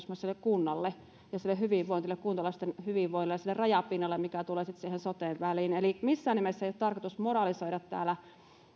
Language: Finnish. myös sille kunnalle ja sille kuntalaisten hyvinvoinnille ja sille rajapinnalle mikä tulee siihen soten väliin eli missään nimessä ei ole tarkoitus moralisoida täällä